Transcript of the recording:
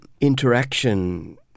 interaction